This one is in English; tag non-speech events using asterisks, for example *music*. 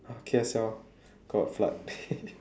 K_S_L got flood *laughs*